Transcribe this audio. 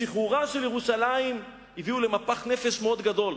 לשחרורה של ירושלים, זה הביא למפח נפש מאוד גדול.